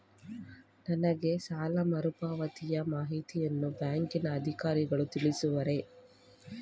ನನಗೆ ಸಾಲ ಮರುಪಾವತಿಯ ಮಾಹಿತಿಯನ್ನು ಬ್ಯಾಂಕಿನ ಅಧಿಕಾರಿಗಳು ತಿಳಿಸುವರೇ?